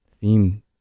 theme